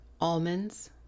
almonds